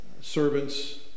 servants